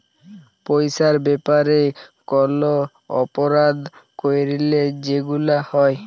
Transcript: পইসার ব্যাপারে কল অপরাধ ক্যইরলে যেগুলা হ্যয়